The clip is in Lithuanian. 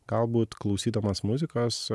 galbūt klausydamas muzikos